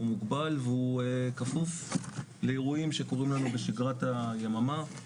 מוגבל וכפוף לאירועים שקורים לנו בשגרת היממה.